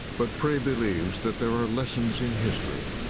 but frey believes that there are lessons in history.